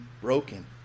broken